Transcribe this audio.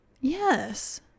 Yes